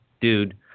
dude